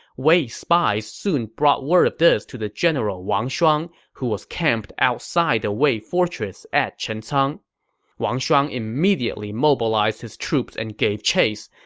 wei spies quickly brought word of this to the general wang shuang, who was camped outside the wei fortress at chencang. wang wang shuang immediately mobilized his troops and gave chase.